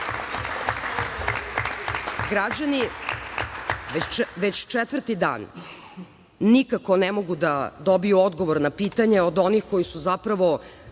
građana. Građani već četvrti dan nikako ne mogu da dobiju odgovor na pitanje od onih koji su zapravo